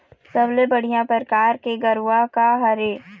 सबले बढ़िया परकार के गरवा का हर ये?